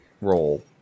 Roll